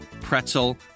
pretzel